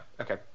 Okay